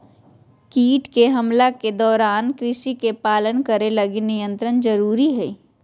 कीट के हमला के दौरान कृषि के पालन करे लगी नियंत्रण जरुरी हइ